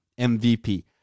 MVP